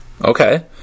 Okay